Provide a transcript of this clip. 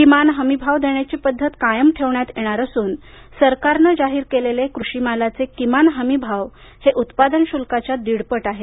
किमान हमी भाव देण्याची पद्धत कायम ठेवण्यात येणार असून सरकारनं जाहीर केलेले कृषी मालाचे किमान हमी भाव हे उत्पादन शुल्काच्या दीड पट आहेत